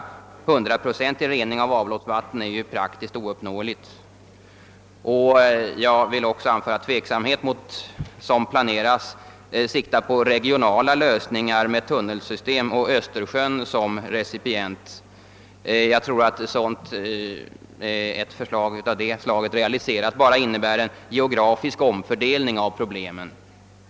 En hundraprocentig re ning av avloppsvattnet är ju praktiskt ouppnåelig. Jag vill också anföra tveksamhet mot sådana regionala lösningar, som planeras och som utnyttjar tunnelsystem med Östersjön som recipient. Jag tror att ett realiserande av ett sådant förslag bara innebär en geografisk omfördelning av problemen.